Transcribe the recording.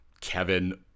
Kevin